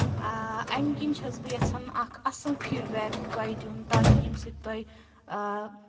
اَمہِ کِنۍ چھَس بہٕ یَژھان کہِ اکھ اَصٕل فیٖڈبیک تۄہہِ دِیُن تاکہِ ییٚمہِ سۭتۍ تۄہہِ اۭں